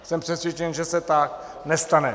Jsem přesvědčen, že se tak nestane.